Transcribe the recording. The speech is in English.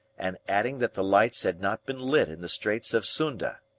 and adding that the lights had not been lit in the straits of sunda.